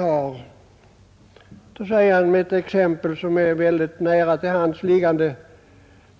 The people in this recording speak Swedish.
Låt mig ta ett exempel som ligger särskilt nära till Onsdagen den hands.